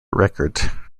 record